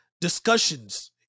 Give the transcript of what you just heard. discussions